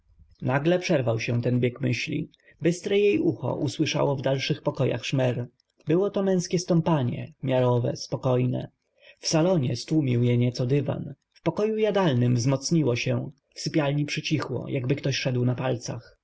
nagle przerwał się ten bieg myśli bystre jej ucho usłyszało w dalszych pokojach szmer było to męskie stąpanie miarowe spokojne w salonie stłumił je nieco dywan w pokoju jadalnym wzmocniło się w jej sypialni przycichło jakby ktoś szedł na palcach